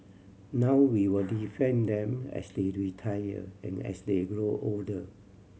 now we will defend them as they retire and as they grow older